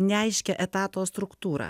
neaiškią etato struktūrą